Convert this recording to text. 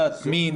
דת ומין,